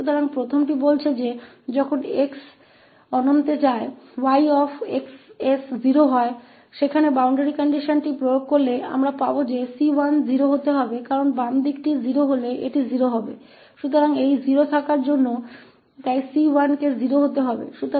तो पहला कहता है कि जब x अनंत तक जाता है 𝑌𝑥 𝑠 0 होता है तो इस बाउंड्री कंडीशन को लागू करने पर हम पाएंगे कि c1 को 0 होना चाहिए क्योंकि यदि बाएं हाथ की ओर 0 है और यह जा रहा है 0 तो यह 0 होना चाहिए इसलिए c1 को 0 होना चाहिए